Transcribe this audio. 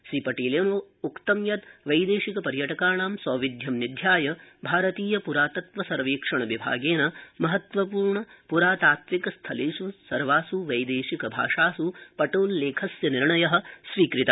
श्री पटेलेनोक्तं यत् वैदेशिकपर्यटकाणां सौविध्यं निध्याय भारतीय प्रातत्वसर्वेक्षणविभागेन महत्वपूर्ण प्रातात्विक स्थलेष् सर्वास् वैदेशिक भाषास् पटोल्लेखस्य निर्णय स्वीकृत